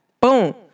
Boom